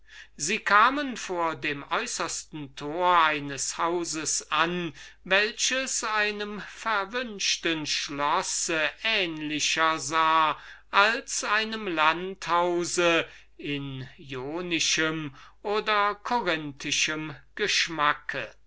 sie kamen vor dem äußersten tor eines hauses an welches einem verwünschten schlosse ähnlicher sah als einem landhause in jonischem oder corinthischem geschmacke